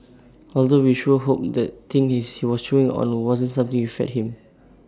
although we sure hope that thing he was chewing on wasn't something you fed him